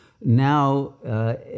now